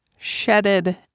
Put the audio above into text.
shedded